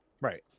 Right